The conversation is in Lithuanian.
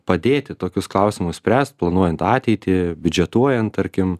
padėti tokius klausimus spręst planuojant ateitį biudžetuojant tarkim